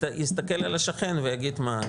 יסתכל על השכן ויגיד: מה,